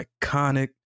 iconic